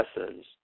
lessons